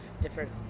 different